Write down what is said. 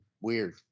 weird